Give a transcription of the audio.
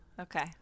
okay